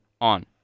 on